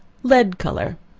lead color.